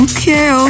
Okay